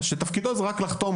שתפקידו הוא רק לחתום,